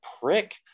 prick